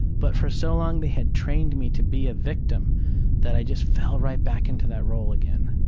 but for so long they had trained me to be a victim that i just fell right back into that role again.